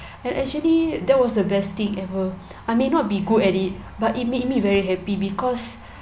and actually that was the best thing ever I may not be good at it but it made me very happy because